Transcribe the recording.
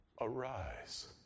arise